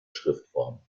schriftform